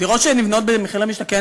דירות שנבנות במחיר למשתכן,